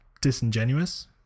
disingenuous